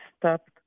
stopped